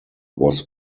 was